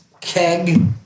keg